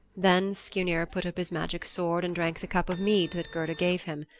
then skirnir put up his magic sword and drank the cup of mead that gerda gave him.